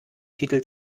titel